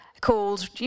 called